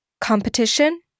competition